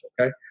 okay